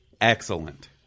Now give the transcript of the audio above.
Excellent